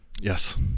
Yes